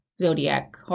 Zodiac